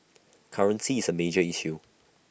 currency is A major issue